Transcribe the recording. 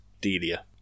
Delia